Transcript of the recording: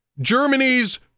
Germany's